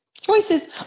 Choices